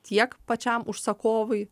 tiek pačiam užsakovui